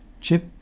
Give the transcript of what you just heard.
Chip